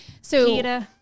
So-